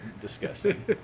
disgusting